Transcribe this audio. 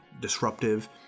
disruptive